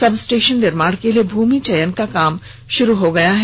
substation निर्माण के लिए भूमि चयन का काम शुरू हो गया है